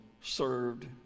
served